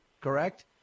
correct